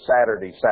Saturday